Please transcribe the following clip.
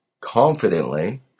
confidently